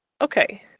okay